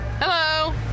Hello